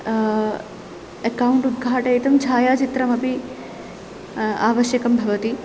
account उद्घाटयितुं छायाचित्रमपि आवश्यकं भवति